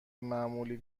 معمولی